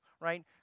right